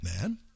man